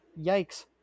Yikes